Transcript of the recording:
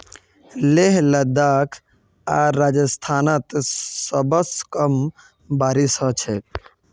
लेह लद्दाख आर राजस्थानत सबस कम बारिश ह छेक